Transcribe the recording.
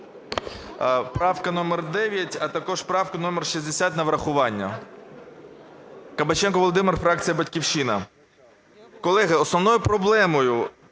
Правка номер 9, а також правка номер 60 на врахування. Кабаченко Володимир, фракція "Батьківщина". Колеги, основною проблемою